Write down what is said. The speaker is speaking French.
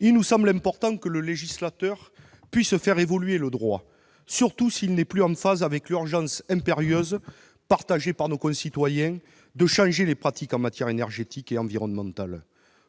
il nous semble important que le législateur puisse faire évoluer le droit, surtout si celui-ci n'est plus en phase avec l'urgence, reconnue par nos concitoyens, de changer les pratiques en matières énergétique et environnementale.